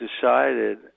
decided